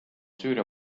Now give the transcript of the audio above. süüria